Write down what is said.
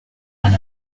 and